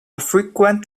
frequent